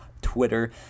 Twitter